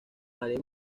área